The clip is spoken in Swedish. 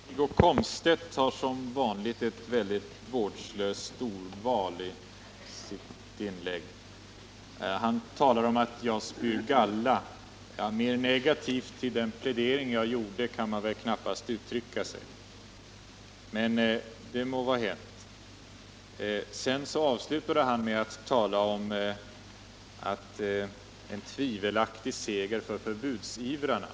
Herr talman! Wiggo Komstedt hade som vanligt ett mycket vårdslöst ordval i sitt inlägg. Han talar om att jag spyr galla. Mer negativt till den plädering jag förde kan man knappast uttrycka sig, men det må vara hänt. Wiggo Komstedt avslutade sitt inlägg med att tala om en tvivelaktig seger för förbudsivrarna.